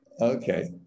Okay